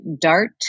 dart